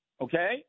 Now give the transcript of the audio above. Okay